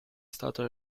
stato